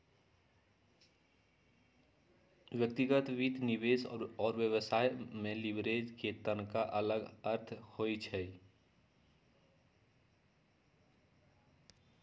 व्यक्तिगत वित्त, निवेश और व्यवसाय में लिवरेज के तनका अलग अर्थ होइ छइ